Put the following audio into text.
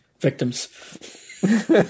victims